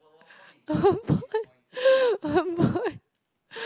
one point one point